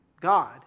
God